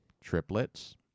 triplets